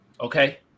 Okay